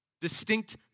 distinct